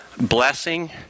blessing